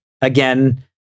again